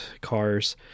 cars